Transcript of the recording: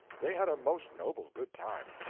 they had a most noble good time.